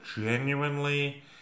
genuinely